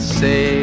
say